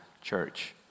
church